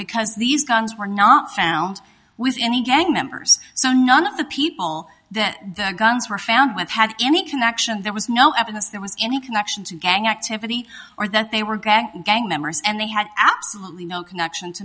because these cons were not found with any gang members so none of the people that the guns were found with had any connection there was no evidence there was any connection to gang activity or that they were gang gang members and they had absolutely no connection to